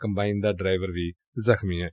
combine ਦਾ driver ਵੀ ਜਖ਼ਮੀ ਏ